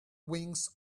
wings